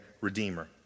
redeemer